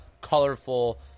colorful